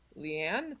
Leanne